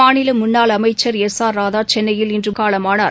மாநில முன்னாள் அமைச்சர் எஸ் ஆர் ராதா சென்னையில் இன்று காலமானார்